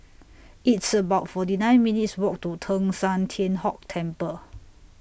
It's about forty nine minutes' Walk to Teng San Tian Hock Temple